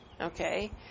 Okay